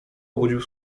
obudził